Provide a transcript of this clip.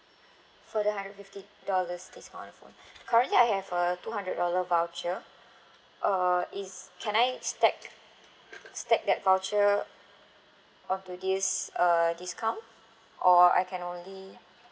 for the hundred fifty dollars discount on the phone currently I have a two hundred dollar voucher uh is can I stack stack that voucher onto this uh discount or I can only